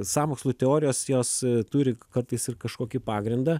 sąmokslų teorijos jos turi kartais ir kažkokį pagrindą